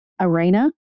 arena